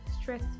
stress